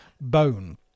bone